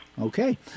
Okay